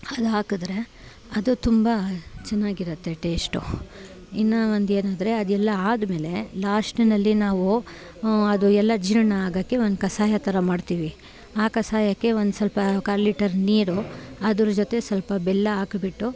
ಅದು ಹಾಕಿದ್ರೆ ಅದು ತುಂಬ ಚೆನ್ನಾಗಿರುತ್ತೆ ಟೇಶ್ಟು ಇನ್ನು ಒಂದು ಏನೆಂದ್ರೆ ಅದೆಲ್ಲ ಆದಮೇಲೆ ಲಾಶ್ಟ್ನಲ್ಲಿ ನಾವು ಹ್ಞೂ ಅದು ಎಲ್ಲ ಜೀರ್ಣ ಆಗೋಕ್ಕೆ ಒಂದು ಕಷಾಯ ಥರ ಮಾಡ್ತೀವಿ ಆ ಕಷಾಯಕ್ಕೆ ಒಂದು ಸ್ವಲ್ಪ ಕಾಲು ಲೀಟರ್ ನೀರು ಅದ್ರ ಜೊತೆ ಸ್ವಲ್ಪ ಬೆಲ್ಲ ಹಾಕ್ಬಿಟ್ಟು